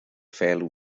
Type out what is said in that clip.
fell